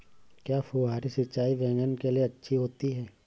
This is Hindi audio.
क्या फुहारी सिंचाई बैगन के लिए अच्छी होती है?